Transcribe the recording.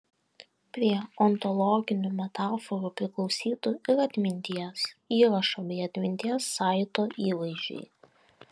prie ontologinių metaforų priklausytų ir atminties įrašo bei atminties saito įvaizdžiai